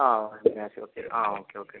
ആ okay okay ആ okay okay